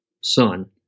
son